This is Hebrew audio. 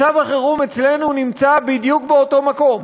מצב החירום אצלנו נמצא בדיוק באותו מקום,